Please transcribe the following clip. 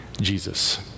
Jesus